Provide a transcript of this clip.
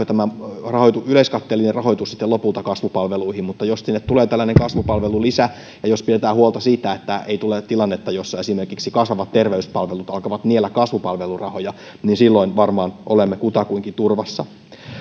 tämä yleiskatteellinen rahoitus sitten lopulta kasvupalveluihin mutta jos sinne tulee tällainen kasvupalvelulisä ja jos pidetään huolta siitä että ei tule tilannetta jossa esimerkiksi kasvavat terveyspalvelut alkavat niellä kasvupalvelurahoja niin silloin varmaan olemme kutakuinkin turvassa